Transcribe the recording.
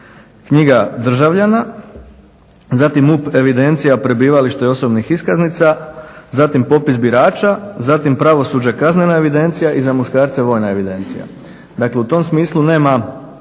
Knjiga državljana, zatim MUP Evidencija prebivališta i osobnih iskaznica, zatim popis birača, zatim pravosuđe Kaznena evidencija i za muškarce Vojna evidencija. Dakle u tom smislu nema